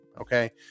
Okay